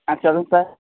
ஆ சொல்லுங்கள் சார்